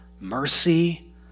mercy